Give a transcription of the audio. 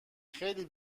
خیلی